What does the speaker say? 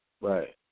Right